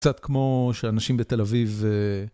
קצת כמו שאנשים בתל אביב...